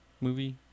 Movie